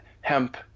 hemp